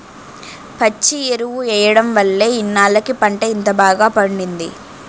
పచ్చి ఎరువు ఎయ్యడం వల్లే ఇన్నాల్లకి పంట ఇంత బాగా పండింది